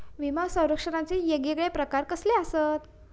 विमा सौरक्षणाचे येगयेगळे प्रकार कसले आसत?